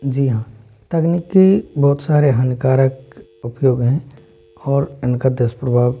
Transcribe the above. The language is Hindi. जी हाँ तकनीकी बहुत सारे हानिकारक उपयोग हैं और इनका दुष्प्रभाव